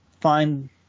find